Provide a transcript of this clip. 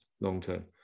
long-term